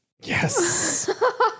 Yes